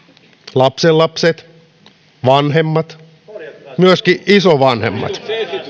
lapsenlapset vanhemmat myöskin isovanhemmat